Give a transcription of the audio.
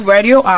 Radio